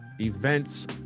events